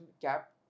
cap